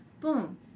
boom